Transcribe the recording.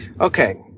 Okay